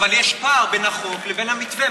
אבל יש פער בין החוק לבין המתווה,